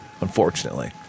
unfortunately